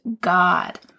God